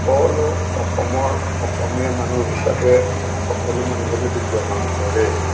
ক'লো অসমৰ অসমীয়া মানুহ হিচাপে সকলো মানুহে যদি গ্ৰহণ কৰে